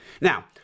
Now